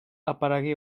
aparegué